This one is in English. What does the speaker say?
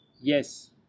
yes